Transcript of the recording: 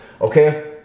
Okay